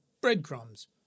breadcrumbs